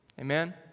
Amen